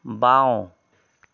বাওঁ